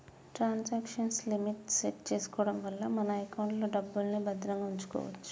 transaction limit set చేసుకోడం వల్ల మన ఎకౌంట్లో డబ్బుల్ని భద్రంగా వుంచుకోచ్చు